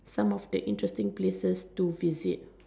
some of the interesting places to visit